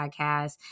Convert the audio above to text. Podcast